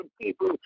people